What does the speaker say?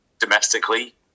domestically